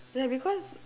ya because